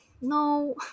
no